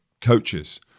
coaches